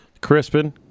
crispin